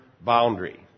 boundary